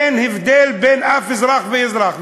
אין הבדל בין אף אזרח ואזרח.